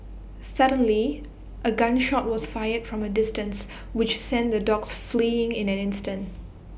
suddenly A gun shot was fired from A distance which sent the dogs fleeing in an instant